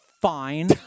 fine